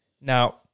Now